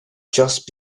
just